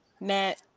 Matt